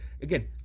Again